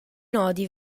nodi